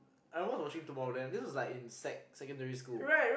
I almost watching Tomorrowland this was like in sec secondary school